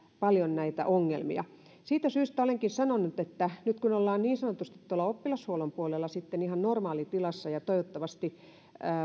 paljon näitä ongelmia siitä syystä olenkin sanonut että nyt kun ollaan tuolla oppilashuollon puolella sitten niin sanotusti ihan normaalitilassa ja toivottavasti